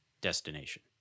destination